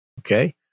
Okay